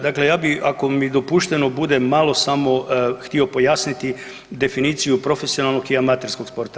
Dakle, ja bih ako mi dopušteno bude malo samo htio pojasniti definiciju profesionalnog i amaterskog sporta.